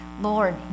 Lord